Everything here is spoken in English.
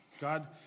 God